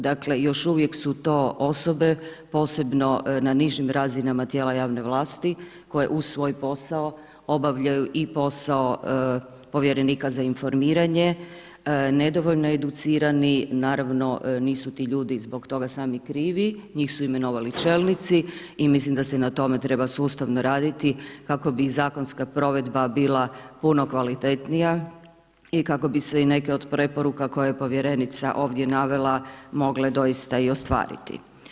Dakle, još uvijek su to osobe, posebno na nižim razinama tijela javne vlasti, koje uz svoj posao, obavljaju i posao povjerenika za informiranje, nedovoljno educirani i naravno nisu ti ljudi zbog toga sami krivi, njih su imenovali čelnici i mislim da se na tome treba sustavno raditi kako bi zakonska provedba bila puno kvalitetnija i kako bi se neke od preporuka koje je povjerenica ovdje navela mogle doista i ostvariti.